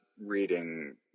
reading